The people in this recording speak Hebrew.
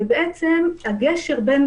בעצם, הגשר בין